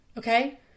Okay